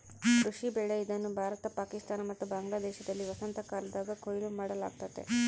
ಕೃಷಿ ಬೆಳೆ ಇದನ್ನು ಭಾರತ ಪಾಕಿಸ್ತಾನ ಮತ್ತು ಬಾಂಗ್ಲಾದೇಶದಲ್ಲಿ ವಸಂತಕಾಲದಾಗ ಕೊಯ್ಲು ಮಾಡಲಾಗ್ತತೆ